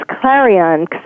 Clarion